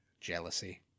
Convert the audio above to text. jealousy